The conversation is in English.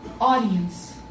Audience